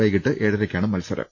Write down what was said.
വൈകീട്ട് ഏഴരയ്ക്കാണ് മത്സരം